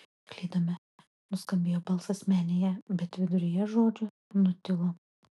klydome nuskambėjo balsas menėje bet viduryje žodžio nutilo